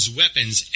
weapons